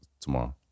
tomorrow